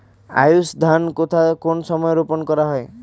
আউশ ধান কোন সময়ে রোপন করা হয়?